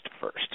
first